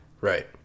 Right